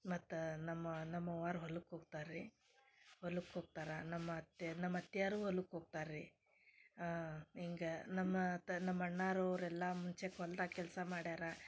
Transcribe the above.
ಮತ್ತು ನಮ್ಮ ನಮ್ಮ ಅವ್ವಾರು ಹೊಲಕ್ಕೆ ಹೋಗ್ತಾರೆ ರೀ ಹೊಲಕ್ಕೆ ಹೋಗ್ತಾರೆ ನಮ್ಮ ಅತ್ತೆ ನಮ್ಮ ಅತ್ಯಾವ್ರು ಹೊಲಕ್ಕೆ ಹೋಗ್ತಾರೆ ರೀ ಹಿಂಗೆ ನಮ್ಮ ತನ್ ನಮ್ಮ ಅಣ್ಣಾವ್ರು ಅವರೆಲ್ಲ ಮುಂಚೆಕ್ ಹೊಲ್ದಾಗ ಕೆಲಸ ಮಾಡ್ಯಾರೆ